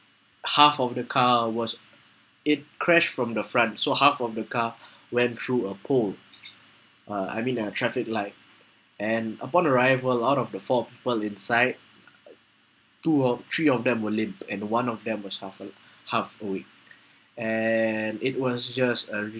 half of the car was it crashed from the front so half of the car went through a pole uh I mean a traffic light and upon arrival all of the four people inside two or three of them were limp and the one of them was half a~ half awake and it was just a really